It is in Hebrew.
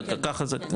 ככה זה.